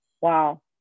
Wow